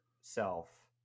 self